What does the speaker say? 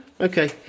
Okay